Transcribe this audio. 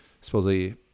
supposedly